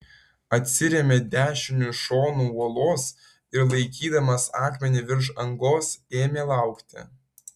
atsirėmė dešiniu šonu uolos ir laikydamas akmenį virš angos ėmė laukti